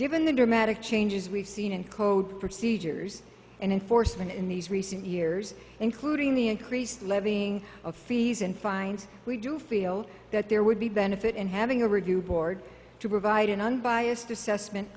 given the dramatic changes we've seen in code procedures and enforcement in these recent years including the increased levying of fees and fines we do feel that there would be benefit in having a review board to provide an unbiased assessment